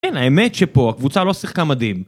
כן האמת שפה הקבוצה לא שיחקה מדהים